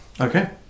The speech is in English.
Okay